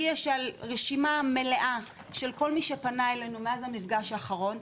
לי יש רשימה מלאה של כל מי שפנה אלינו מאז המפגש האחרון,